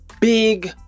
big